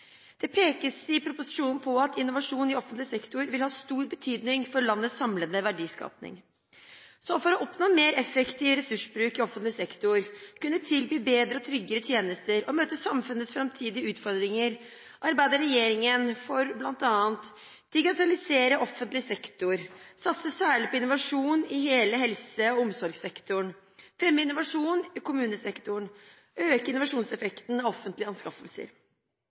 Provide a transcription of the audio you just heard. Det pekes i proposisjonen på at innovasjon i offentlig sektor vil ha stor betydning for landets samlede verdiskaping. For å oppnå en mer effektiv ressursbruk i offentlig sektor, kunne tilby bedre og tryggere tjenester og møte samfunnets framtidige utfordringer arbeider regjeringen for bl.a. å digitalisere offentlig sektor satse særlig på innovasjon i hele helse- og omsorgssektoren fremme innovasjon i kommunesektoren øke innovasjonseffekten av offentlige anskaffelser